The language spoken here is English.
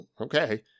Okay